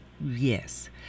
Yes